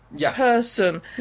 person